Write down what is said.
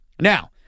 Now